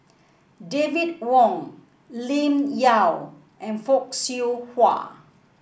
David Wong Lim Yau and Fock Siew Wah